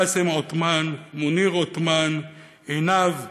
באסם עותמאן, מוניר עותמאן, עינב עטרי,